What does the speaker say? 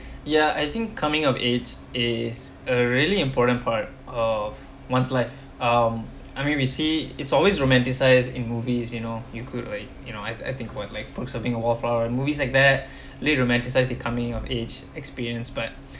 ya I think coming of age is a really important part of one's life um I mean we see it's always romanticize in movies as you know you could like you know I I think was like perks of being a wall flower movies like that lead romanticize the coming of age experience but